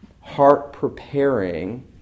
heart-preparing